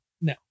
No